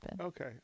Okay